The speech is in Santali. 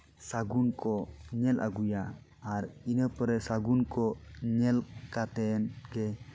ᱥᱟᱹᱜᱩᱱ ᱠᱚ ᱧᱮᱞ ᱟᱹᱜᱩᱭᱟ ᱟᱨ ᱤᱱᱟᱹ ᱯᱚᱨᱮ ᱥᱟᱹᱜᱩᱱ ᱠᱚ ᱧᱮᱞ ᱠᱟᱛᱮᱫ ᱜᱮ